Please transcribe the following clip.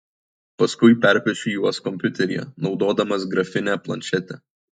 paskui perpiešiu juos kompiuteryje naudodamas grafinę planšetę